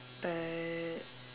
but